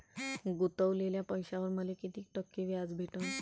गुतवलेल्या पैशावर मले कितीक टक्के व्याज भेटन?